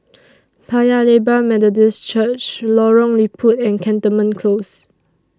Paya Lebar Methodist Church Lorong Liput and Cantonment Close